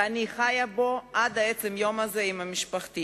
ואני חיה בו עד עצם היום הזה עם משפחתי.